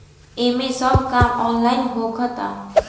एमे सब काम ऑनलाइन होखता